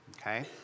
okay